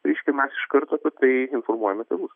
reiškia mes iškart apie tai informuojame tėvus